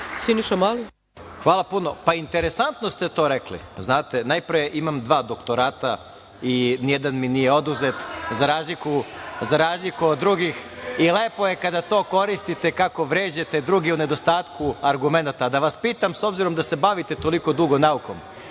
Hvala puno. Interesantno ste to rekli. Znate, najpre imam dva doktorata i nijedan mi nije oduzet, za razliku od drugih i lepo je kada to koristite kako vređate druge u nedostatku argumenata. Da vas pitam, s obzirom da se bavite toliko dugo naukom,